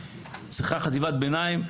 היא צריכה חטיבת ביניים.